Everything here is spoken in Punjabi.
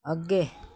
ਅੱਗੇ